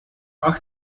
ach